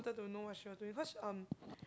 wanted to know what she was doing cause um